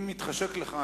אם מתחשק לך,